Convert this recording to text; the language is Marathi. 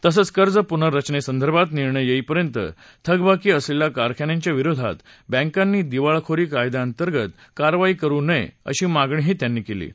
तसंच कर्ज पुनर्रचनेसंदर्भात निर्णय येईपर्यंत थकबाकी असलेल्या कारखान्यांच्या विरोधात बँकांनी दिवाळखोरी कायद्यांतर्गत कारवाई करु नये अशी मागणीही त्यांनी केली आहे